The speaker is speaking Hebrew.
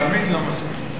תמיד לא מספיק.